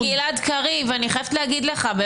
חבר הכנסת גלעד קריב, אני חייבת להגיד לך,